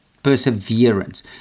perseverance